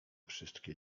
wszystkie